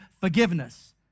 forgiveness